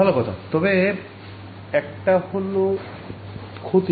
ভালো কথা তবে একটা হল ক্ষতি